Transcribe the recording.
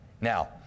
Now